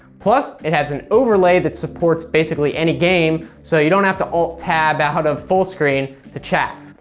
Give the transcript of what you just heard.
plus, it has an overlay that supports basically any game, so you don't have to alt tab out of full screen to chat.